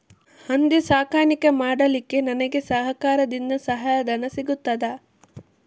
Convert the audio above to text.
ಹಂದಿ ಸಾಕಾಣಿಕೆ ಮಾಡಲಿಕ್ಕೆ ನನಗೆ ಸರಕಾರದಿಂದ ಸಹಾಯಧನ ಸಿಗುತ್ತದಾ?